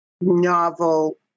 novel